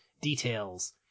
details